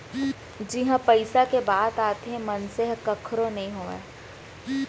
जिहाँ पइसा के बात आथे मनसे ह कखरो नइ होवय